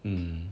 mm